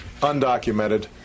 undocumented